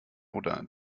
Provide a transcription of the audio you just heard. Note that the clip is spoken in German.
oder